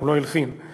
לא הלחין אותם,